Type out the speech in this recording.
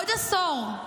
בעוד עשור,